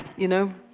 you know?